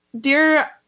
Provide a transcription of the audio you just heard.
Dear